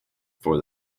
for